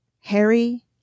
Harry